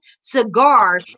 cigar